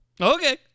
Okay